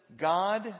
God